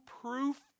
proof